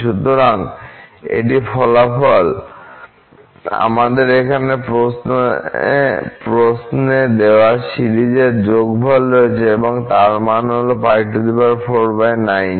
সুতরাং এটি ফলাফল আমাদের এখানে প্রশ্নে দেওয়া সিরিজের যোগফল রয়েছে এবং এর মান হল π490